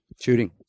Shooting